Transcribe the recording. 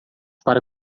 para